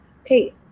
okay